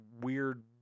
weird